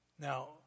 Now